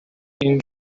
این